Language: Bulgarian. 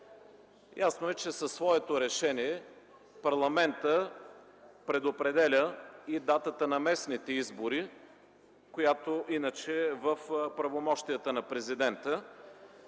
Ясно е, че със своето решение парламентът предопределя и датата на местните избори, която иначе е в правомощията на Президента.